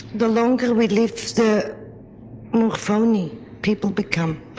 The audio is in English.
the longer we live the more phony people become,